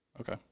Okay